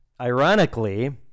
Ironically